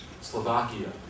Slovakia